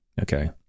Okay